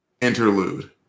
interlude